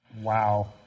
Wow